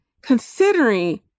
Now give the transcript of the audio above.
considering